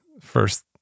first